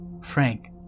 Frank